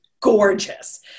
gorgeous